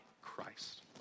Christ